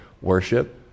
worship